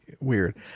weird